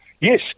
Yes